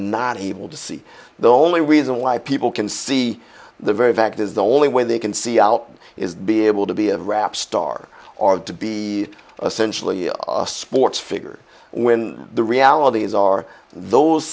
not able to see the only reason why people can see the very fact is the only way they can see out is be able to be a rap star or to be a sensually a sports figure when the reality is are those